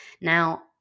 Now